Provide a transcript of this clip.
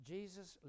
Jesus